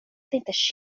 heter